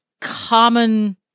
common